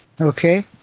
okay